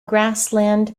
grassland